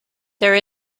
there